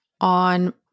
on